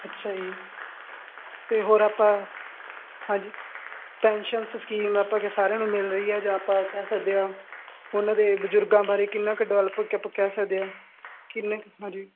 ਅੱਛਾ ਜੀ ਤੇ ਹੋਰ ਆਪਾਂ ਹਾਂਜੀ ਪੈਨਸ਼ਨਸ ਕੀ ਆਪਾਂ ਸਾਰਿਆਂ ਨੂੰ ਮਿਲ ਰਹੀ ਐ ਜਾਂ ਆਪਾਂ ਕਹਿ ਸਕਦੇ ਆਂ ਉਨ੍ਹਾਂ ਦੇ ਬਜੁਰਗਾਂ ਬਾਰੇ ਕਿੰਨਾ ਕ ਡਿਵੈਲਪ ਕੇ ਆਪਾਂ ਕਹਿ ਸਕਦੇ ਆਂ ਕਿੰਨੇ ਕ ਹਾਂਜੀ